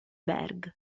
berg